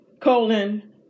colon